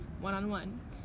one-on-one